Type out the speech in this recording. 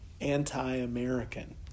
anti-American